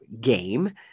game